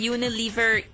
Unilever